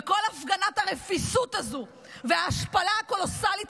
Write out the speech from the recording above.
וכל הפגנת הרפיסות הזו וההשפלה הקולוסלית